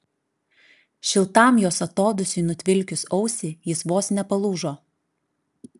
šiltam jos atodūsiui nutvilkius ausį jis vos nepalūžo